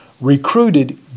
recruited